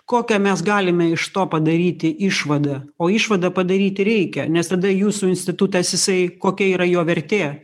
kokią mes galime iš to padaryti išvadą o išvadą padaryti reikia nes tada jūsų institutas jisai kokia yra jo vertė